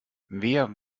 wer